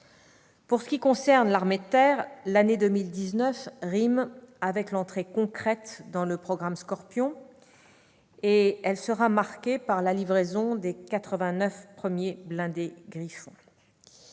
tout de suite. Pour l'armée de terre, l'année 2019 rime avec l'entrée concrète dans le programme SCORPION, et sera ainsi marquée par la livraison des 89 premiers blindés Griffon.